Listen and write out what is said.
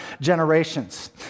generations